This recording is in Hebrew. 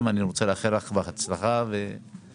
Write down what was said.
אני רוצה לאחל לך בהצלחה בהמשך הדרך.